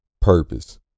Purpose